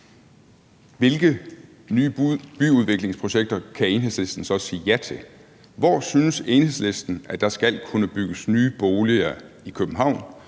hvilke nye byudviklingsprojekter kan Enhedslisten så sige ja til? Hvor synes Enhedslisten at der skal kunne bygges nye boliger i København,